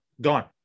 gone